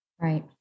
Right